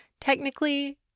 Technically